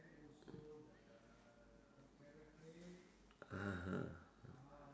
(uh huh)